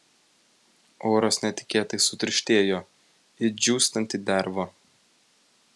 oras netikėtai sutirštėjo it džiūstanti derva